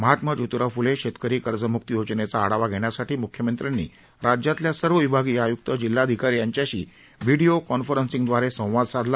महात्मा जोतिराव फुले शेतकरी कर्जम्क्ती योजनेचा आढावा घेण्यासाठी मुख्यमंत्र्यांनी राज्यातील सर्व विभागीय आयुक्त जिल्हाधिकारी यांच्याशी व्हिडीओ कॉन्फरन्सिंगदवारे संवाद साधला